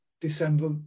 December